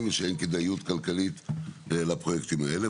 ושאין כדאיות כלכלית לפרויקטים האלה,